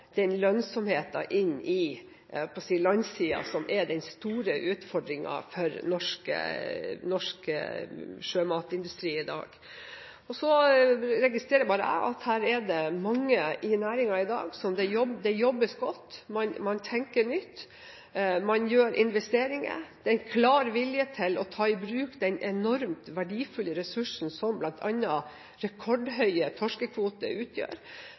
inn på landsiden, som er den store utfordringen for norsk sjømatindustri i dag. Så registrerer jeg bare at i næringen i dag jobbes det godt, man tenker nytt, man gjør investeringer. Det er en klar vilje til å ta i bruk den enormt verdifulle ressursen som bl.a. rekordhøye torskekvoter utgjør,